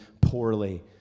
poorly